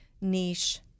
niche